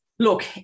Look